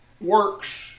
works